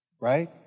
right